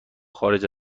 خارج